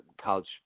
college